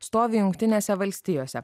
stovi jungtinėse valstijose